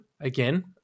Again